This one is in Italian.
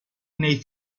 nei